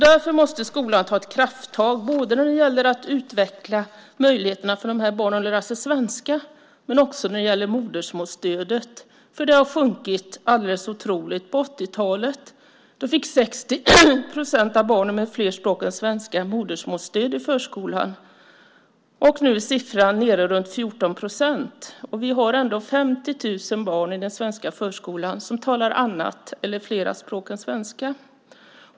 Därför måste skolan ta krafttag både när det gäller att utveckla möjligheterna för dessa barn att lära sig svenska och när det gäller modersmålsstödet eftersom det har minskat otroligt mycket. På 80-talet fick 60 procent av barnen med fler språk än svenska modersmålsstöd i förskolan. Nu är siffran nere på omkring 14 procent. Och vi har ändå 50 000 barn i den svenska förskolan som talar andra eller fler språk än svenska.